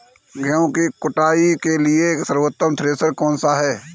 गेहूँ की कुटाई के लिए सर्वोत्तम थ्रेसर कौनसा है?